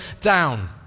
down